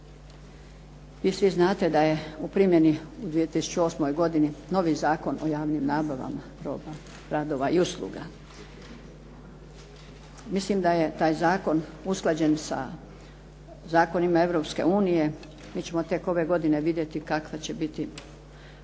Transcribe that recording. Vi svi znate da je u primjeni u 2008. godini novi Zakon o javnim nabavama roba, radova i usluga. Mislim da je taj zakon usklađen sa zakonima Europske unije. Mi ćemo tek ove godine vidjeti kakva će biti